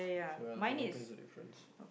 so ya bowling pin is a difference